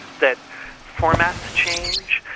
that formats change,